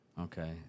Okay